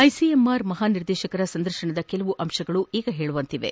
ICMR ಮಹಾ ನಿರ್ದೇಶಕರ ಸಂದರ್ಶನದ ಕೆಲವು ಅಂಶಗಳು ಈಗ ಹೇಳುವಂತಿವೆ